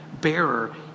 bearer